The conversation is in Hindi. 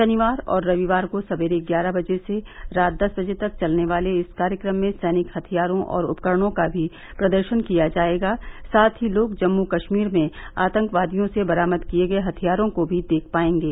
शनिवार और रविवार को संपेरे ग्यारह बजे से रात दस बजे तक चलने वाले इस कार्यक्रम में सैनिक हथियारों और उपकरणों का भी प्रदर्शन किया जाएगा साथ ही लोग जम्मू कश्मीर में आतंकवादियों से बरामद किए गए हथियारों को भी देख पाएंगे